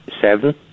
Seven